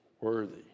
worthy